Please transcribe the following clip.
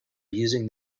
using